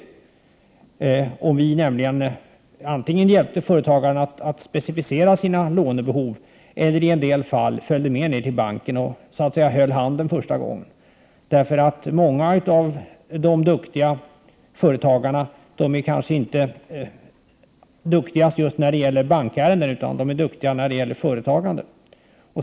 Från Näringspolitiskt Centrums sida behövde vi bara hjälpa företagarna att specificera sina lånebehov eller i en del fall följa med till banken och så att säga hålla handen den första gången. Många av de duktiga företagarna är kanske inte duktiga just när det gäller bankärenden, utan de är bättre på själva företagandet.